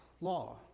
law